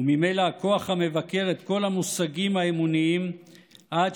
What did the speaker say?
וממילא הכוח המבקר את כל המושגים האמוניים עד